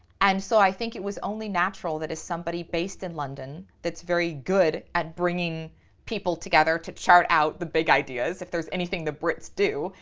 and so i think it was only natural that as somebody based in london that's very good at bringing people together to chart out the big ideas, if there's anything the brits do,